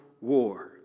War